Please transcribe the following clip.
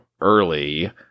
early